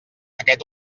aquest